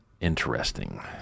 Interesting